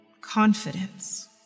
confidence